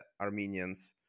Armenians